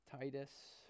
Titus